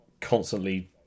constantly